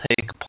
take